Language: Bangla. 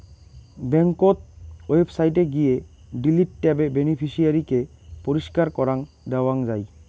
ব্যাংকোত ওয়েবসাইটে গিয়ে ডিলিট ট্যাবে বেনিফিশিয়ারি কে পরিষ্কার করাং দেওয়াং যাই